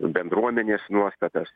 bendruomenės nuostatas